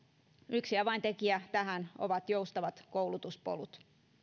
yksi avaintekijä tähän ovat joustavat koulutuspolut